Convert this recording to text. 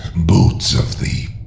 boots of the.